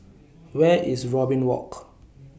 Where IS Robin Walk